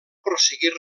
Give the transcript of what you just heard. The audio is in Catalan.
prosseguir